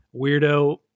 weirdo